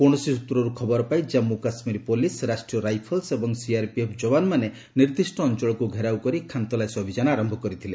କୌଣସି ସୂତ୍ରରୁ ଖବର ପାଇ ଜାନ୍ଧୁ କାଶ୍ମୀର ପୋଲିସ୍ ରାଷ୍ଟ୍ରୀୟ ରାଇଫଲ୍ସ ଏବଂ ସିଆର୍ପିଏଫ୍ ଯବାନମାନେ ନିର୍ଦ୍ଦିଷ୍ଟ ଅଞ୍ଚଳକୁ ଘେରାଉ କରି ଖାନ୍ତଲାସି ଅଭିଯାନ ଆରମ୍ଭ କରିଥିଲେ